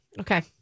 Okay